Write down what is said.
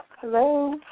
Hello